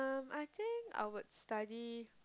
I think I would study